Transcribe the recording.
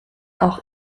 auch